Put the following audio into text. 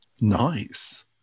nice